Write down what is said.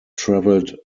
traveled